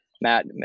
Matt